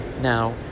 Now